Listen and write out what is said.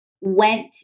went